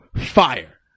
Fire